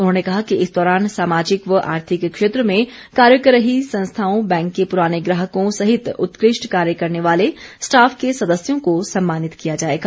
उन्होंने कहा कि इस दौरान सामाजिक व आर्थिक क्षेत्र में कार्य कर रही संस्थाओं बैंक के प्राने ग्राहकों सहित उत्कृष्ट कार्य करने वाले स्टाफ के सदस्यों को सम्मानित किया जाएगा